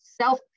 self